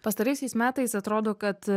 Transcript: pastaraisiais metais atrodo kad